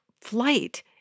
flight